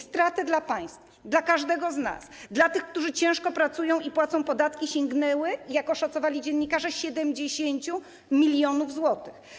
Straty dla państwa, dla każdego z nas, dla tych, którzy ciężko pracują i płacą podatki, sięgnęły, jak oszacowali dziennikarze, 70 mln zł.